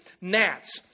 gnats